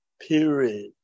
period